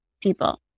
people